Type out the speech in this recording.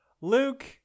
Luke